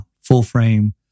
full-frame